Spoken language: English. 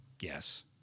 Yes